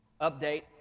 update